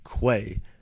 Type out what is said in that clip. Quay